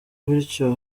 bityo